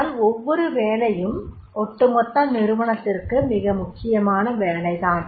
ஆனால் ஒவ்வொரு வேலையும் ஒட்டுமொத்த நிறுவனத்திற்கு மிக முக்கியமான வேலை தான்